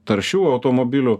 taršių automobilių